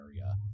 area